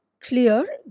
clear